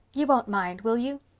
you won't mind, will you?